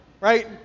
right